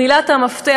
מילת המפתח,